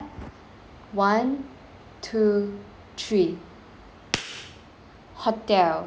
one two three hotel